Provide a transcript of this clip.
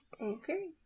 Okay